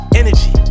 energy